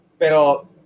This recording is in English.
Pero